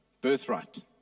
birthright